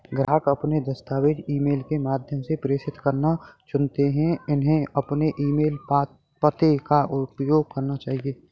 ग्राहक अपने दस्तावेज़ ईमेल के माध्यम से प्रेषित करना चुनते है, उन्हें अपने ईमेल पते का उपयोग करना चाहिए